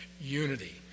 unity